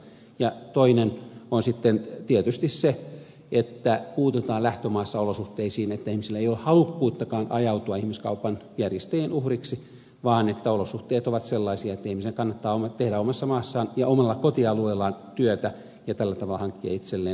ja toinen on sitten tietysti se että puututaan lähtömaissa olosuhteisiin että ihmisillä ei ole halukkuuttakaan ajautua ihmiskaupan järjestäjien uhriksi vaan että olosuhteet ovat sellaisia että ihmisen kannattaa tehdä omassa maassaan ja omalla kotialueellaan työtä ja tällä tavalla hankkia itselleen riittävä elanto